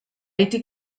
été